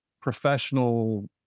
professional